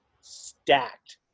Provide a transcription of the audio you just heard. stacked